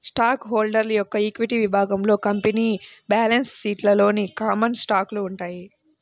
stock holder యొక్క equity విభాగంలో company balance షీట్లోని కామన్ స్టాకులు ఉంటాయి